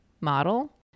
model